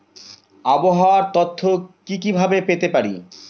আবহাওয়ার তথ্য কি কি ভাবে পেতে পারি?